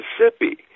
Mississippi